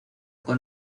con